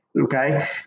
okay